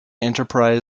enterprise